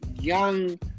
young